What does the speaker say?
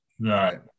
right